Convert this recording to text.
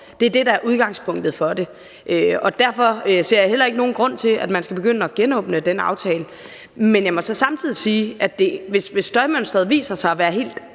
Det er det, der er udgangspunktet for det, og derfor ser jeg heller ikke nogen grund til, at man skal begynde at genåbne den aftale. Men jeg må så samtidig sige, at hvis støjmønsteret viser sig at være helt